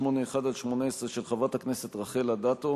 פ/2781/18, של חברת הכנסת רחל אדטו,